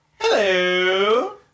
Hello